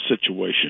situation